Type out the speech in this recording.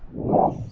whoa